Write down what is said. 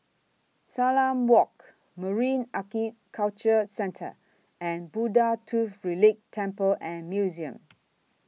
Salam Walk Marine Aquaculture Centre and Buddha Tooth Relic Temple and Museum